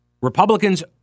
Republicans